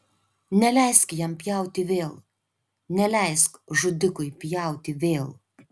neleisk jam pjauti vėl neleisk žudikui pjauti vėl